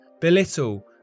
belittle